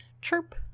Chirp